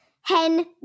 Hen